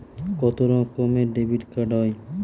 কত রকমের ডেবিটকার্ড হয়?